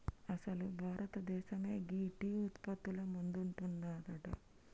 అసలు భారతదేసమే గీ టీ ఉత్పత్తిల ముందున్నదంట